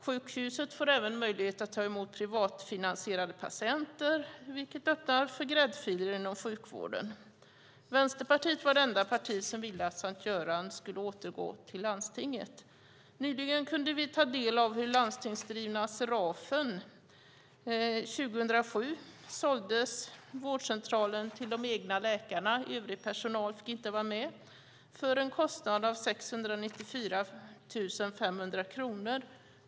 Sjukhuset får även möjlighet att ta emot privatfinansierade patienter, vilket öppnar för gräddfiler inom sjukvården. Vänsterpartiet var det enda parti som ville att Sankt Göran skulle återgå till landstinget. Nyligen kunde vi ta del av hur det har gått med den landstingsdrivna vårdcentralen Serafen. År 2007 såldes Serafen till de egna läkarna - övrig personal fick inte vara med - för en kostnad av 694 500 kronor.